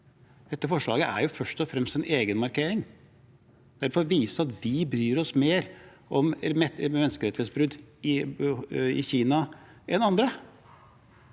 Dette forslaget er først og fremst en egenmarkering. Det er for å vise at vi bryr oss mer om menneskerettighetsbrudd i Kina enn andre.